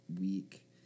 week